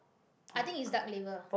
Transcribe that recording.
I think is Duck liver